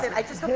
and i just